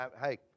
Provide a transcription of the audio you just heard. hey